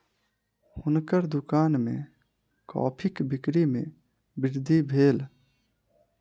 हुनकर दुकान में कॉफ़ीक बिक्री में वृद्धि भेल